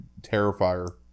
terrifier